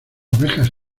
ovejas